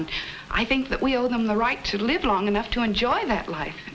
and i think that we owe them the right to live long enough to enjoy that life